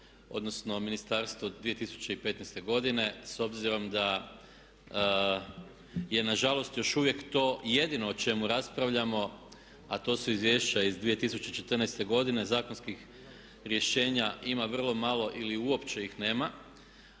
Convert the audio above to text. odnosno ministarstvo 2015. godine s obzirom da je nažalost još uvijek to jedino o čemu raspravljamo a to su izvješća iz 2014. godine. Zakonskih rješenja ima vrlo malo ili uopće ih nema.